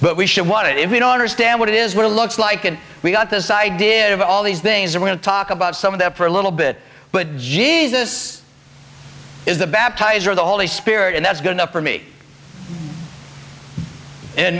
but we should want it if we don't understand what it is what it looks like and we got this idea of all these things are going to talk about some of that for a little bit but jesus is the baptizer the holy spirit and that's good enough for me